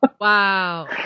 wow